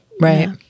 right